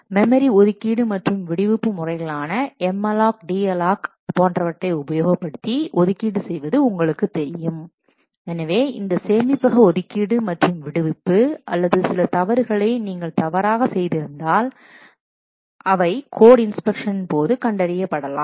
memory ஒதுக்கீடு மற்றும் விடுவிப்பு முறைகளான எம் அல்லாக் மற்றும் டி அல்லாக் போன்றவற்றை உபயோகப்படுத்தி ஒதுக்கீடு செய்வது உங்களுக்குத் தெரியும் எனவே இந்த சேமிப்பக ஒதுக்கீடு மற்றும் விடுவிப்பு அல்லது சில தவறுகளை நீங்கள் தவறாக செய்திருந்தால் அவை கோட் இன்ஸ்பெக்ஷன் போது கண்டறியப்படலாம்